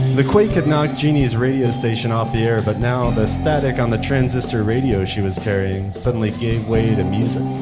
the quake had knocked genie's radio station off the air, but now the static on the transistor radio she was carrying suddenly gave way to music.